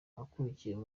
akurikiyeho